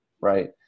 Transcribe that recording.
right